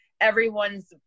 everyone's